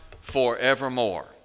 forevermore